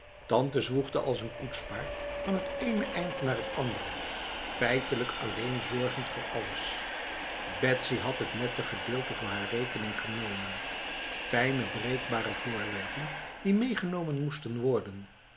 tante zwoegde als een koetspaard van het ene eind naar t andere feitelijk alleen zorgend voor alles betsy had het nette gedeelte voor haar rekening genomen fijne breekbare voorwerpen die meegenomen moesten worden